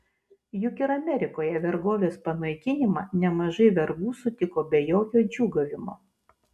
juk ir amerikoje vergovės panaikinimą nemažai vergų sutiko be jokio džiūgavimo